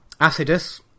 Acidus